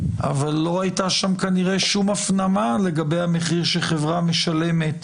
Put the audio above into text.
אבל לא הייתה שם כנראה שום הפנמה לגבי המחיר שחברה משלמת